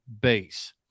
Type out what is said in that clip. base